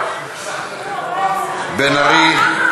בן ארי,